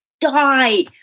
die